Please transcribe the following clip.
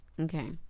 Okay